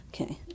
Okay